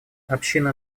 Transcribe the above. общины